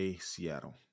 Seattle